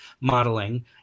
modeling